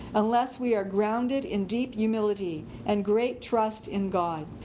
unless we are grounded in deep humility and great trust in god.